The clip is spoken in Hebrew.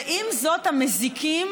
ועם זאת המזיקים,